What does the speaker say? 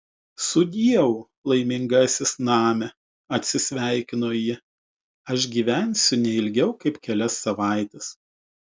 sudieu laimingasis name atsisveikino ji aš gyvensiu ne ilgiau kaip kelias savaites